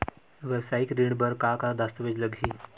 वेवसायिक ऋण बर का का दस्तावेज लगही?